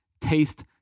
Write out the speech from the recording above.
taste